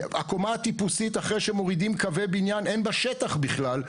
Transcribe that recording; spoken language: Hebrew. הקומה הטיפוסית אחרי שמורידים קווי בניין אין בה שטח בכלל.